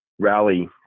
rally